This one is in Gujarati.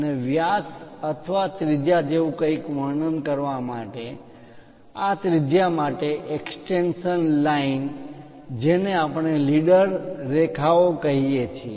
અને વ્યાસ અથવા ત્રિજ્યા જેવું કંઈક વર્ણન કરવા માટે આ ત્રિજ્યા માટે એક્સ્ટેંશન લાઇન extension lines વિસ્તરણ રેખા જેને આપણે લીડર રેખાઓ કહીએ છીએ